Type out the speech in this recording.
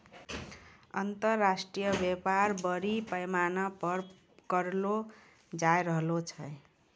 अन्तर्राष्ट्रिय व्यापार बरड़ी पैमाना पर करलो जाय रहलो छै